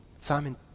Simon